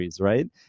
Right